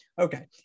Okay